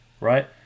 right